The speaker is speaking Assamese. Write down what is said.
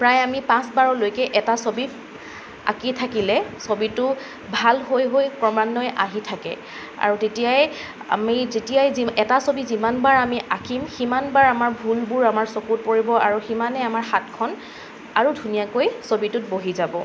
প্ৰায় আমি পাঁচবাৰলৈকে এটা ছবি আঁকি থাকিলে ছবিটো ভাল হৈ হৈ ক্ৰমান্বয়ে আহি থাকে আৰু তেতিয়াই আমি যেতিয়াই এটা ছবি যিমানবাৰ আমি আঁকিম সিমানবাৰ আমাৰ ভুলবোৰ আমাৰ চকুত পৰিব আৰু সিমানেই আমাৰ হাতখন আৰু ধুনীয়াকৈ ছবিটোত বহি যাব